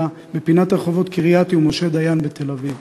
בפינת הרחובות קרייתי ומשה דיין בתל-אביב,